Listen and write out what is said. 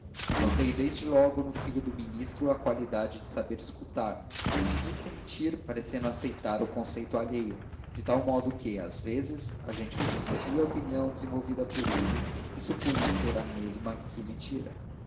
notei desde logo no filho do ministro a qualidade de saber escutar e de dissentir parecendo aceitar o conceito alheio de tal modo que às vezes a gente recebia a opinião devolvida por ele e supunha ser a mesma que emitira outra